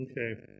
Okay